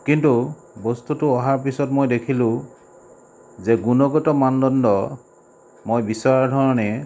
কিন্তু বস্তুটো অহাৰ পিছত মই দেখিলোঁ যে গুণগত মানদণ্ড মই বিচৰা ধৰণে